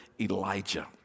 Elijah